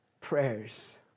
prayers